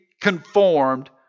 conformed